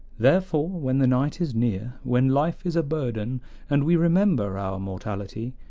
therefore, when the night is near, when life is a burden and we remember our mortality,